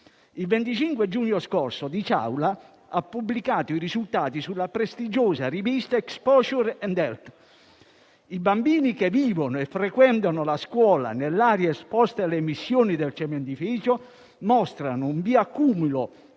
Il 25 giugno scorso, il dottor Di Ciaula ha pubblicato i risultati dello studio sulla prestigiosa rivista Exposure and Health. I bambini che vivono e frequentano la scuola nell'area esposta alle emissioni del cementificio mostrano un bioaccumulo